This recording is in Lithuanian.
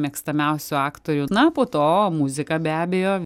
mėgstamiausių aktorių na po to muzika be abejo